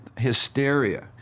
hysteria